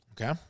Okay